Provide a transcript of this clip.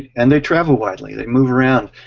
and they travel widely. they move around,